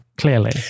Clearly